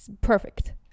perfect